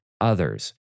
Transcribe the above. others